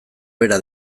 bera